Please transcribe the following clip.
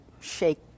shake